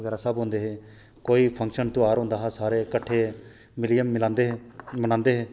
बगैरा सब होंदे हे कोई फंक्शन तेहार होंदा हा सारे किट्ठे मिलियै मलांदे हे मनांदे हे